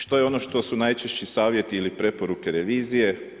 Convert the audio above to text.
Što je ono što su najčešći savjeti ili preporuke revizije?